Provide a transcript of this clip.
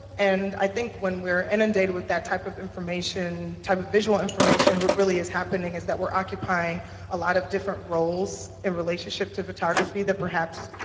and i think when we're inundated with that type of information, type of visual information, what really is happening is that we're occupying a lot of different roles in relationship to photography that perhaps,